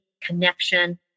connection